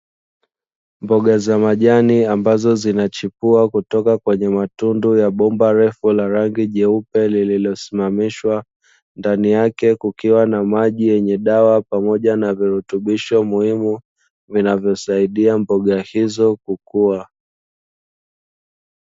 Mboga za majani ambazo zinachipua kutoka kwenye matundu ya bomba refu la rangi jeupe, lililosimamisha ndani yake kukiwa na maji yenye dawa pamoja na virutubisho muhimu vinavyosaidia mboga hizo kukua.